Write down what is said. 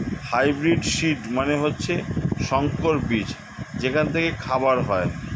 hybrid seed মানে হচ্ছে সংকর বীজ যেখান থেকে খাবার হয়